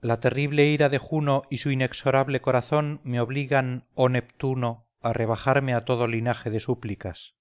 la terrible ira de juno y su inexorable corazón me obligan oh neptuno a rebajarme a todo linaje de súplicas